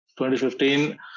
2015